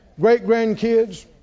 great-grandkids